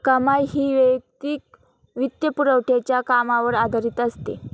कमाई ही वैयक्तिक वित्तपुरवठ्याच्या कामावर आधारित असते